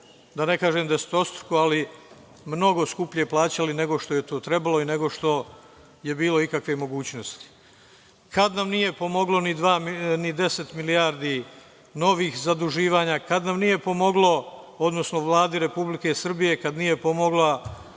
da ne kažem desetostruko, ali mnogo skuplje plaćali nego što je to trebalo i nego što je bilo ikakve mogućnosti. Kad nam nije pomoglo ni 10 milijardi novih zaduživanja, kad nam nije pomoglo, odnosno Vladi RS, kad nije pomoglo